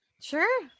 Sure